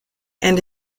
and